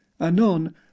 Anon